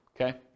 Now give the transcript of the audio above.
Okay